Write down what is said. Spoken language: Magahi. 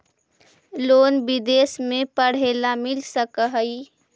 लोन विदेश में पढ़ेला मिल सक हइ?